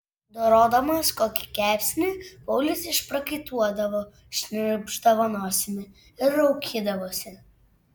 dorodamas kokį kepsnį paulius išprakaituodavo šnirpšdavo nosimi ir raukydavosi